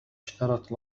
اشترت